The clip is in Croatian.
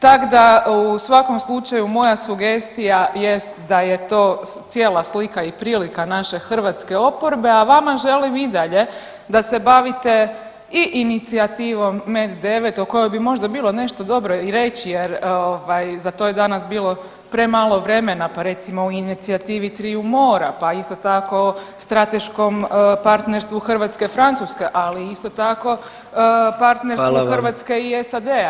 Tak da u svakom slučaju moja sugestija jest da je to cijela slika i prilika naše hrvatske oporbe, a vama želim i dalje da se bavite i inicijativom MED9 o kojoj bi možda bilo nešto dobro i reći jer ovaj za to je danas bilo premalo vremena pa recimo o inicijativi Triju mora, pa isto tako strateškom partnerstvu Hrvatske-Francuske, ali isto tako partnerstvu [[Upadica: Hvala vam.]] Hrvatske i SAD-a.